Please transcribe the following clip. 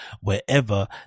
wherever